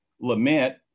Lament